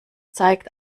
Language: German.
zeigt